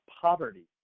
poverty